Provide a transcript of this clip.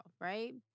right